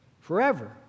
Forever